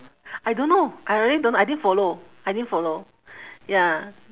I don't know I really don't know I didn't follow I didn't follow ya